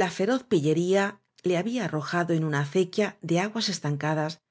la feroz pillería le había arrojado en una acequia de aguas estancadas